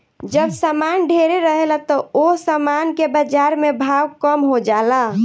जब सामान ढेरे रहेला त ओह सामान के बाजार में भाव कम हो जाला